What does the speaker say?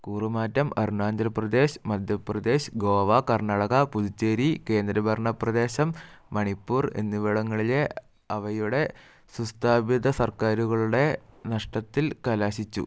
കൂറുമാറ്റം അരുണാചൽ പ്രദേശ് മധ്യപ്രദേശ് ഗോവ കർണാടക പുതുച്ചേരി കേന്ദ്രഭരണപ്രദേശം മണിപ്പൂർ എന്നിവിടങ്ങളിലെ അവയുടെ സുസ്ഥാപിത സര്ക്കാരുകളുടെ നഷ്ടത്തിൽ കലാശിച്ചു